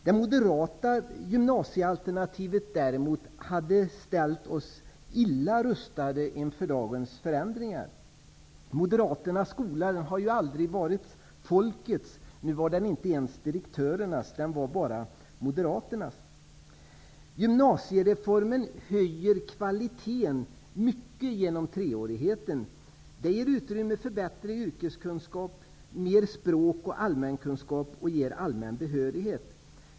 Det moderata gymnasiealternativet däremot hade ställt oss illa rustade inför dagens förändringar. Moderaternas skola har aldrig varit folkets, nu var den inte ens direktörernas, den var bara Moderaternas. Gymnasiereformen höjer kvaliteten mycket genom treårigheten. Den ger utrymme för bättre yrkeskunskap, mer språk och allmänkunskap. Den ger också allmän behörighet.